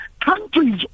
Countries